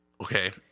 Okay